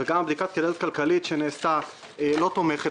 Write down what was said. גם בדיקת כדאיות כלכלית שנעשתה לא תומכת